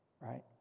Right